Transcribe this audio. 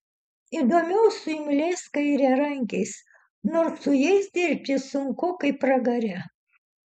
įdomiau su imliais kairiarankiais nors su jais dirbti sunku kaip pragare